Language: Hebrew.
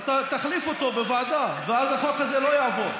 אז תחליף אותו בוועדה, ואז החוק הזה לא יעבור.